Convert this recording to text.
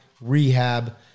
rehab